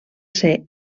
ser